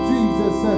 Jesus